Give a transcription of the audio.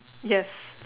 yes